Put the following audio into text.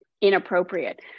inappropriate